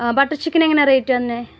butter ചിക്കനെങ്ങനാണ് rate വരുന്നത്